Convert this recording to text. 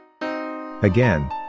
Again